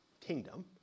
kingdom